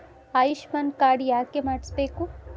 Ayushman card ಯಾಕೆ ಮಾಡಿಸಬೇಕು?